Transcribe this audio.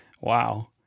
Wow